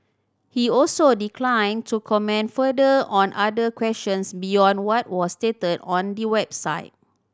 he also declined to comment further on other questions beyond what was stated on the website